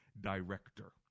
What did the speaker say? director